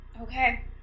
Okay